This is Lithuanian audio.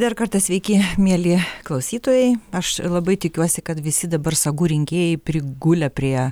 dar kartą sveiki mieli klausytojai aš labai tikiuosi kad visi dabar sagų rinkėjai prigulę prie